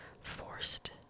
forced